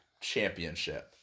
championship